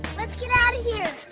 let's get outta here!